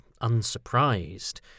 unsurprised